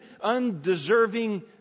undeserving